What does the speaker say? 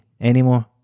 anymore